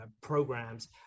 programs